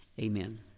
Amen